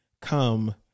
come